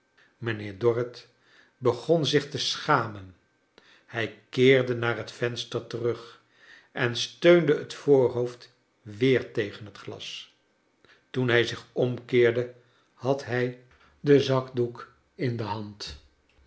mynheer dorrit begon zich te schamen hij keerde naar het venster terug en steunde het voorhoofd weer tegen het glas toen hij zich omkeerde had hij den zakdoek in de hand